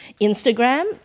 instagram